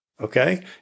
Okay